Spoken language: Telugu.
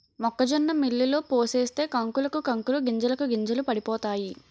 మొక్కజొన్న మిల్లులో పోసేస్తే కంకులకు కంకులు గింజలకు గింజలు పడిపోతాయి